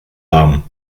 haben